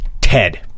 Ted